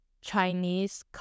Chinese